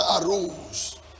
arose